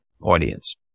audience